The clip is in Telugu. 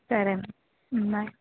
సరే బాయ్